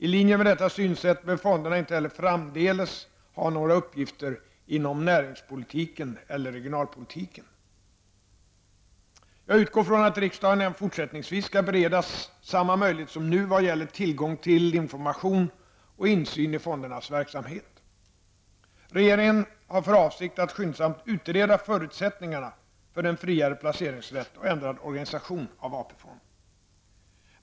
I linje med detta synsätt bör fonderna inte heller framdeles ha några uppgifter inom näringspolitiken eller regionalpolitiken. Jag utgår från att riksdagen även fortsättningsvis skall beredas samma möjlighet som nu i vad gäller tillgång till information och insyn i fondernas verksamhet. -- Regeringen har för avsikt att skyndsamt utreda förutsättningarna för en friare placeringsrätt och ändrad organisation av AP-fonden.